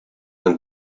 and